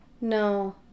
no